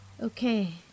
Okay